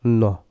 no